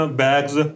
bags